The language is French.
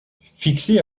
fixé